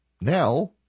Now